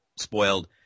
spoiled